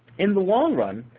in the long run,